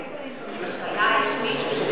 יש מישהו,